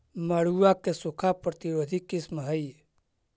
मड़ुआ के सूखा प्रतिरोधी किस्म हई?